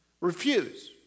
Refuse